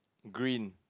green